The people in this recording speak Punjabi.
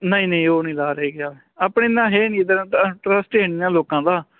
ਨਹੀਂ ਨਹੀਂ ਉਹ ਨਹੀਂ ਲਾ ਰਹੇ ਗਿਆ ਆਪਣੇ ਇੰਨਾ ਹੈ ਨਹੀਂ ਇੱਧਰ ਇਟਰੱਸਟ ਇਹਨਾਂ ਲੋਕਾਂ ਦਾ